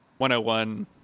101